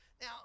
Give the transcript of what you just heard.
Now